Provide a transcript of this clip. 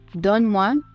donne-moi